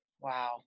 Wow